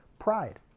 pride